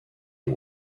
you